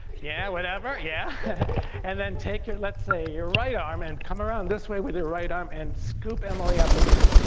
yeah whatever yeah and then take lets say your right arm and come around this way with your right arm and scoop emily up again.